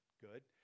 good